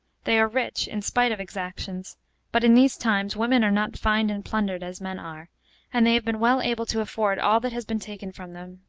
they are rich, in spite of exactions but in these times, women are not fined and plundered as men are and they have been well able to afford all that has been taken from them,